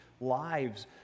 lives